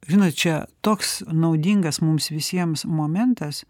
žinot čia toks naudingas mums visiems momentas